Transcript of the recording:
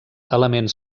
elements